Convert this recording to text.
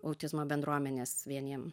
autizmo bendruomenės vienijam